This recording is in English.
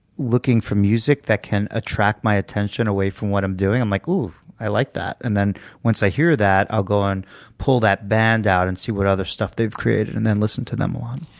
looking for music that can attract my attention away from what i'm doing. i'm like, ooh, i like that. and then once i hear that, i'll go and pull that band out and see what other stuff they've created and then listen to them a